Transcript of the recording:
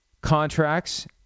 contracts